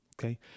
okay